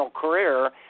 career